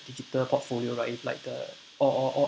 digital portfolio right it's like the or or or